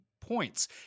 points